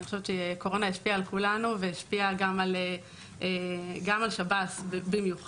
אני חושבת שקורונה השפיעה על כולנו והשפיעה גם על שב"ס במיוחד.